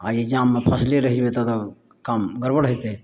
आ ई जाममे फँसले रहि जेबै तब तऽ काम गड़बड़ होइ जेतै